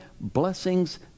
blessings